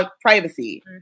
privacy